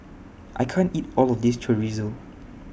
I can't eat All of This Chorizo